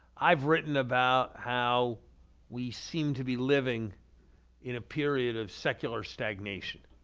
i've written about how we seem to be living in a period of secular stagnation.